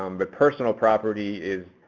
um but personal property is,